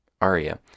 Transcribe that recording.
aria